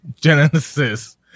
Genesis